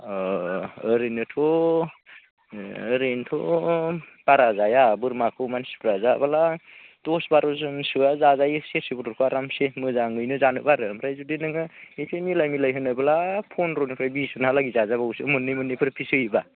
ओरैनोथ' ओरैनोथ' बारा जाया बोरमाखौ मानसिफ्रा जाबोला दस बार'जनसोआ जाजायो सेरसे बेदरखौ आरामसे मोजाङैनो जानोब्ला आरो ओमफ्राय जुदि नोङो एसे मिलाय मिलाय होनोब्ला पन्द्र'निफ्राय बिसजोनहालागै जाजाबावोसो मोननै मोननैफोर पिस होयोब्ला